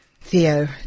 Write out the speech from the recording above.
Theo